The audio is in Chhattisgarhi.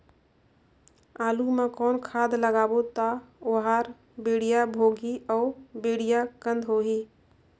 आलू मा कौन खाद लगाबो ता ओहार बेडिया भोगही अउ बेडिया कन्द होही?